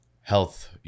health